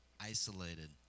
isolated